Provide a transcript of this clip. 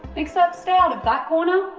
except stay out of that corner,